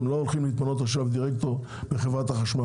הם לא הולכים להתמנות עכשיו לדירקטור בחברת החשמל,